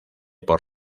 por